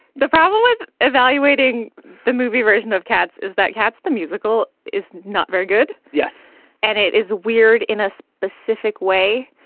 the problem with evaluating the movie version of cats is that cats the musical is not very good. yes and it is weird in a specific way.